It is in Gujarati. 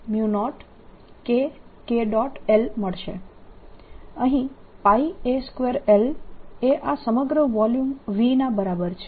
l મળશે અહીં a2l એ આ સમગ્ર વોલ્યુમ V ના બરાબર છે